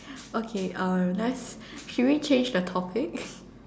okay uh let's should we change the topic